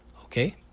okay